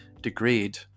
degrade